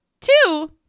Two